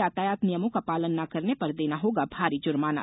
यातायात नियमों का पालन न करने पर देना होगा भारी जुर्माना